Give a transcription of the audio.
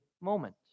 moment